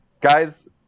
Guys